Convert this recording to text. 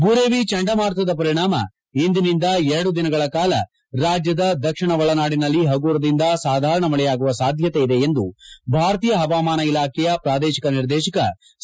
ಬುರೆವಿ ಚಂಡಮಾರುತದ ಪರಿಣಾಮ ಇಂದಿನಿಂದ ಎರಡು ದಿನಗಳ ಕಾಲ ರಾಜ್ಯದ ದಕ್ಷಿಣ ಒಳನಾಡಿನಲ್ಲಿ ಪಗುರದಿಂದ ಸಾಧಾರಣ ಮಳೆಯಾಗುವ ಸಾಧ್ಯತೆಯಿದೆ ಎಂದು ಭಾರತೀಯ ಪವಾಮಾನ ಇಲಾಖೆ ಪ್ರಾದೇಶಿಕ ನಿರ್ದೇಶಕ ಸಿ